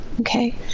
Okay